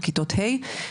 בכיתות ה',